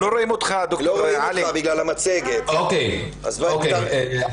וגם יו"ר תחום ערבים-יהודים-מדינה במוסד שמואל נאמן בטכניון,